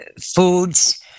foods